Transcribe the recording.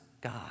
God